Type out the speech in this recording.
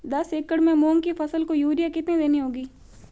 दस एकड़ में मूंग की फसल को यूरिया कितनी देनी होगी?